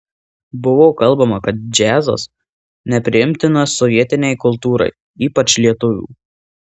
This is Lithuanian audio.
buvo kalbama kad džiazas nepriimtinas sovietinei kultūrai ypač lietuvių